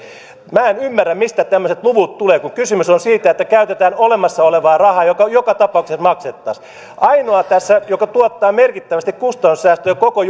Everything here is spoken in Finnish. minä en ymmärrä mistä tämmöiset luvut tulevat kun kysymys on siitä että käytetään olemassa olevaa rahaa joka joka tapauksessa maksettaisiin ainoa tässä joka tuottaa merkittävästi kustannussäästöjä koko